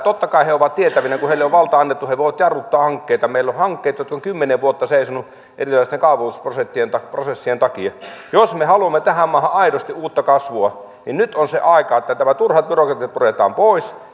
totta kai he ovat tietävinään kun heille on valta annettu he voivat jarruttaa hankkeita meillä on hankkeita jotka ovat kymmenen vuotta seisoneet erilaisten kaavoitusprosessien takia jos me haluamme tähän maahan aidosti uutta kasvua niin nyt on se aika että tämä turha byrokratia puretaan pois